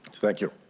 thank you.